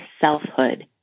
selfhood